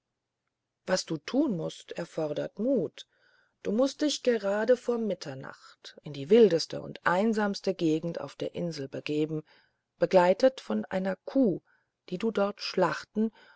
was du tun mußt erfordert mut du mußt dich gerade vor mitternacht in die wildeste und einsamste gegend auf der insel begeben begleitet von einer kuh die du dort schlachten